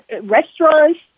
restaurants